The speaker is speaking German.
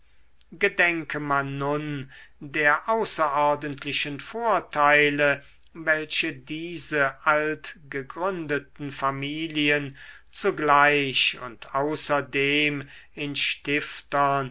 gedenke man nun der außerordentlichen vorteile welche diese altgegründeten familien zugleich und außerdem in stiftern